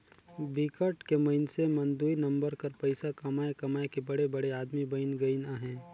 बिकट के मइनसे मन दुई नंबर कर पइसा कमाए कमाए के बड़े बड़े आदमी बइन गइन अहें